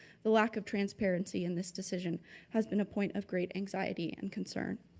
the lack of transparency in this decision has been a point of great anxiety and concern.